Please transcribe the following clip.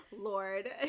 Lord